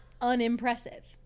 unimpressive